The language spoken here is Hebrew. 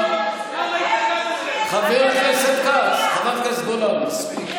כץ, חברת הכנסת גולן, מספיק.